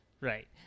Right